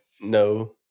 no